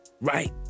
right